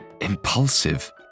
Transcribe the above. impulsive